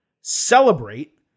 celebrate